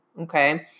Okay